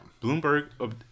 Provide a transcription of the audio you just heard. Bloomberg